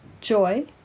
joy